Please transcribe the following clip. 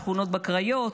שכונות בקריות,